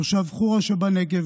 תושב חורה שבנגב,